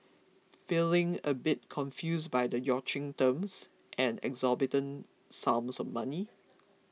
feeling a bit confused by the yachting terms and exorbitant sums of money